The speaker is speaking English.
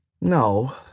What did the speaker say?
no